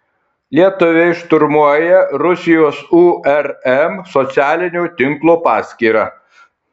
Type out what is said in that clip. lietuviai šturmuoja rusijos urm socialinio tinklo paskyrą